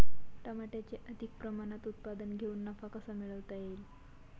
टमाट्याचे अधिक प्रमाणात उत्पादन घेऊन नफा कसा मिळवता येईल?